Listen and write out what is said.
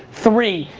three,